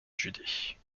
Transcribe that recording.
judée